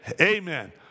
Amen